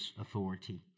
authority